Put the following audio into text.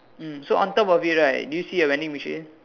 mm so on top of it right do you see a vending machine